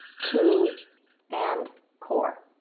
coup and corp.